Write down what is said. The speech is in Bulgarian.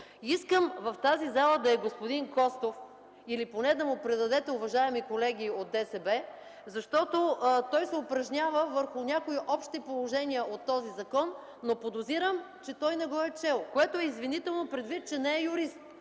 Искам в тази зала да е господин Костов, или поне да му предадете, уважаеми колеги от ДСБ, защото той се упражнява върху някои Общи положения от този закон. Подозирам, че той не го е чел, което е извинително предвид, че не е юрист.